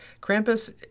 Krampus